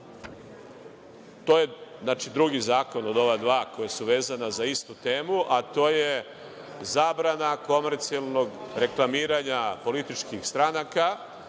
To je drugi zakon od ova dva koja su vezana za istu temu, a to je zabrana komercijalnog reklamiranja političkih stranaka,